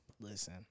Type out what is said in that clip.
Listen